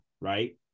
right